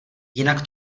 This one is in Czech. jinak